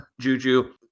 Juju